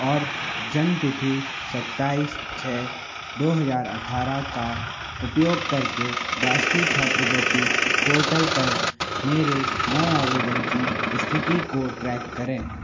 और जन्मतिथि सत्ताईस छ दो हजार अट्ठारह का उपयोग करके राष्ट्रीय छात्रवृत्ति पोर्टल पर मेरे नए आवेदन की स्थिति को ट्रैक करें